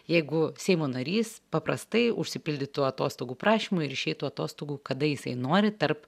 jeigu seimo narys paprastai užsipildytų atostogų prašymą ir išeitų atostogų kada jisai nori tarp